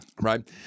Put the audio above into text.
Right